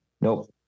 Nope